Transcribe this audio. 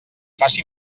faci